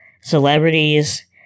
celebrities